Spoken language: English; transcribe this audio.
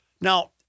Now